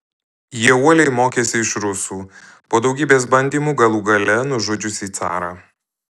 jie uoliai mokėsi iš rusų po daugybės bandymų galų gale nužudžiusių carą